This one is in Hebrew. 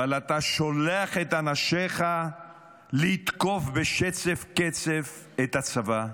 אבל אתה שולח את אנשיך לתקוף בשצף קצף את הצבא,